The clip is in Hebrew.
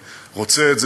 אני רוצה את זה.